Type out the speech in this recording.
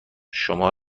شما